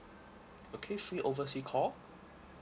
okay free oversea call